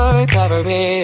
recovery